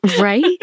Right